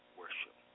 worship